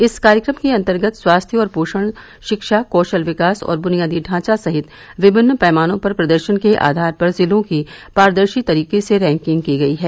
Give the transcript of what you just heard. इस कार्यक्रम के अंतर्गत स्वास्थ्य और पोषण शिक्षा कौशल विकास और बुनियादी ढांचा सहित विभिन्न पैमानों पर प्रदर्शन के आधार पर जिलों की पारदर्शी तरीके से रैंकिंग की गई है